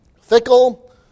Fickle